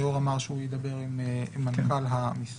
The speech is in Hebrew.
היושב ראש אמר שהוא ידבר עם מנכ"ל המשרד.